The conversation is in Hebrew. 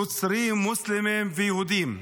נוצרים, מוסלמים ויהודים.